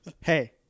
hey